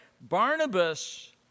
Barnabas